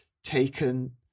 taken